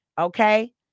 Okay